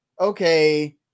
okay